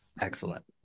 excellent